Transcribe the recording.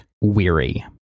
weary